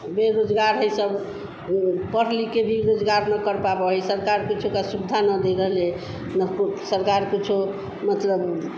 बेरोज़गार है सब ऊ पढ़ लिखकर भी रोज़गार ना कर पाव वही सरकार कुछ ओका सुविधा ना देगी ले ना कुछ सरकार कुछो मतलब